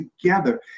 together